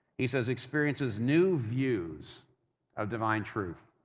he says, experiences new views of divine truth.